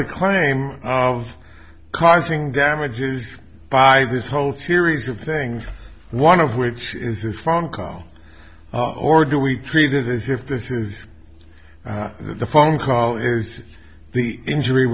the claim of causing damages by this whole series of things one of which is this phone call or do we treated as if this is the phone call is the injury